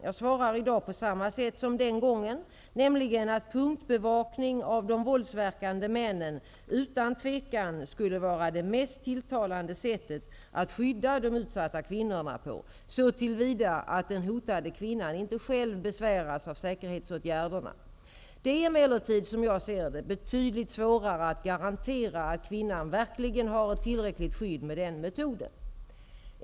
Jag svarar i dag på samma sätt som den gången, nämligen att punktbevakning av de våldsverkande männen utan tvivel skulle vara det mest tilltalande sättet att skydda de utsatta kvinnorna på, så till vida att den hotade kvinnan inte själv besväras av säkerhetsåtgärderna. Det är emellertid, som jag ser det, betydligt svårare att garantera att kvinnan verkligen har ett tillräckligt skydd med den metoden.